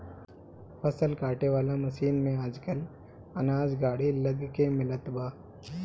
फसल काटे वाला मशीन में आजकल अनाज गाड़ी लग के मिलत बा